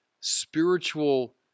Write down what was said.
spiritual